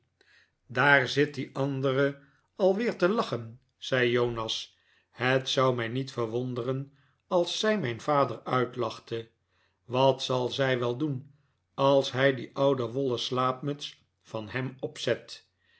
daar zit die andere al weer te lachen zei jonas het zou mij niet verwonderen als zij mijn vader uitlachte wat zal zij wel doen als hij die oude wollen slaapmuts van hem opzet